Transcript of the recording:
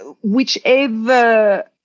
whichever